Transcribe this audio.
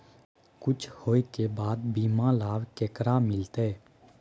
कुछ होय के बाद बीमा लाभ केकरा मिलते?